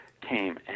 came